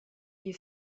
you